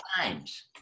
times